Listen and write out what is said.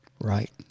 Right